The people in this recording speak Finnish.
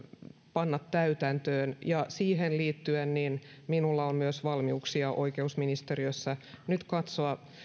panna täytäntöön siihen liittyen minulla on myös valmiuksia oikeusministeriössä nyt katsoa